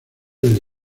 del